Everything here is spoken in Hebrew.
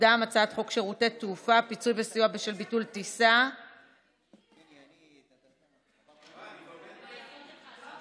חוק שירותי תעופה (פיצוי וסיוע בשל ביטול טיסה או שינוי בתנאיה)